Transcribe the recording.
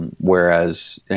Whereas